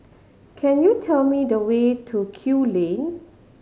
can you tell me the way to Kew Lane